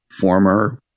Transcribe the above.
former